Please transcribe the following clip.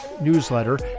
newsletter